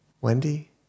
Wendy